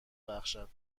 بخشد